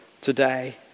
today